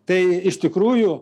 tai iš tikrųjų